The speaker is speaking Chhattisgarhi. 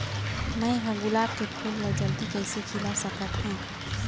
मैं ह गुलाब के फूल ला जल्दी कइसे खिला सकथ हा?